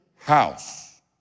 house